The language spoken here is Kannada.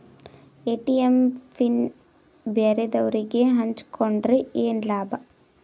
ಎ.ಟಿ.ಎಂ ಪಿನ್ ಬ್ಯಾರೆದವರಗೆ ಹಂಚಿಕೊಂಡರೆ ಏನು ಲಾಭ?